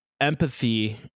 empathy